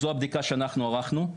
זו הבדיקה שאנחנו ערכנו.